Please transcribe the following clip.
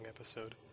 episode